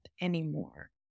anymore